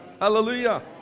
Hallelujah